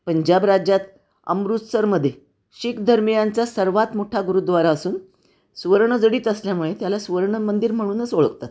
पंजाब राज्यात अमृतसरमध्ये शीख धर्मीयांंचा सर्वात मोठा गुरुद्वारा असून सुवर्ण जडीत असल्यामुळे त्याला सुवर्णमंदिर म्हणूनच ओळखतात